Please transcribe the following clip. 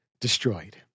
destroyed